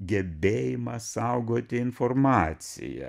gebėjimą saugoti informaciją